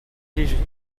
léger